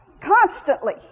Constantly